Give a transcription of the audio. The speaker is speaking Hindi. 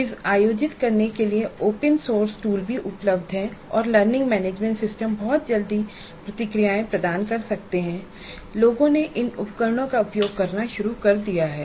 क्विज़ आयोजित करने के लिए ओपन सोर्स टूल भी उपलब्ध हैं और लर्निंग मैनेजमेंट सिस्टम बहुत जल्दी प्रतिक्रियाएँ प्रदान कर सकते हैं और लोगों ने इन उपकरणों का उपयोग करना शुरू कर दिया है